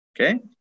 Okay